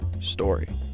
story